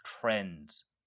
trends